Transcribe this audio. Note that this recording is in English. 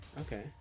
okay